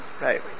Right